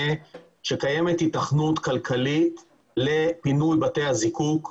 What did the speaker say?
שקיימת היתכנות כלכלית לפינוי בתי הזיקוק,